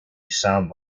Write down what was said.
sound